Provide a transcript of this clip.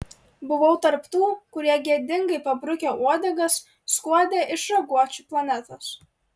buvau tarp tų kurie gėdingai pabrukę uodegas skuodė iš raguočių planetos